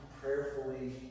prayerfully